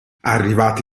arrivati